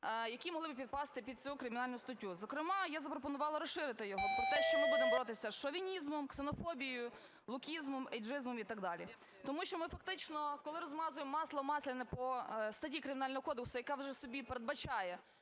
які могли б підпасти під цю кримінальну статтю. Зокрема, я запропонувала розширити його, про те, що ми будемо боротися з шовінізмом, ксенофобією, лукізмом, ейджизмом і так далі. Тому що ми фактично, коли розмазуємо масло масляне по статті Кримінального кодексу, яка вже собі передбачає